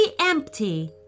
empty